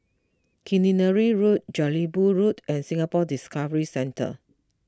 Killiney Road Jelebu Road and Singapore Discovery Centre